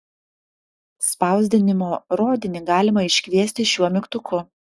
spausdinimo rodinį galima iškviesti šiuo mygtuku